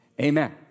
Amen